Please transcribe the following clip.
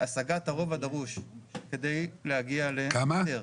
השגת הרוב הדרוש כדי להגיע להיתר.